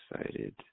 excited